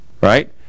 right